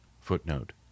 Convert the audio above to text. Footnote